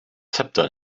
zepter